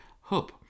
hope